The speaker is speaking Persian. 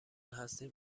هستیم